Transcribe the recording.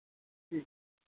जी